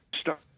start